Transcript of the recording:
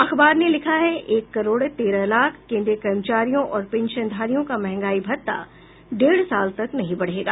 अखबार ने लिखा है एक करोड़ तेरह लाख केन्द्रीय कर्मचारियों और पेंशनधारियों का महंगाई भत्ता डेढ़ साल तक नहीं बढेगा